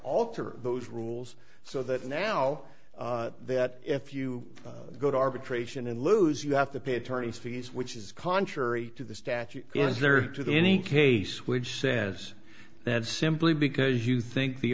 alter those rules so that now that if you go to arbitration and lose you have to pay attorney's fees which is contrary to the statute is there to the any case which says that simply because you think the